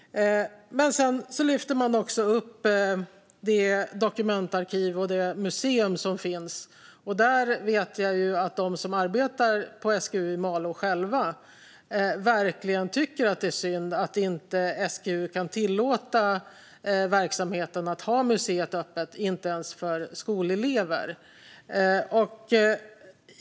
Dessutom lyfter man upp det dokumentarkiv och det museum som finns. Jag vet att de som arbetar på SGU i Malå verkligen tycker att det är synd att SGU inte kan tillåta verksamheten att hålla museet öppet ens för skolelever.